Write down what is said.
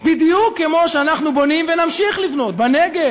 בדיוק כמו שאנחנו בונים ונמשיך לבנות בנגב